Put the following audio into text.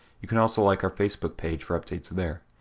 you can also like our facebook page for updates there.